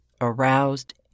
aroused